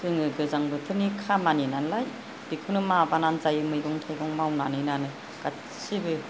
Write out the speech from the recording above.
जोङो गोजां बोथोरनि खामानि नालाय बेखौनो माबानानै जायो मैगं थाइगं मावनानै नानो गासिबो